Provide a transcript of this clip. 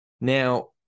Now